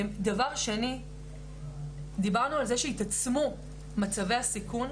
דבר שלישי, דיברנו על זה שהתעצמו מצבי הסיכון.